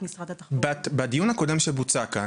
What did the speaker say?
משרד התחבורה?.." בדיון הקודם שהתקיים כאן,